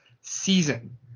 season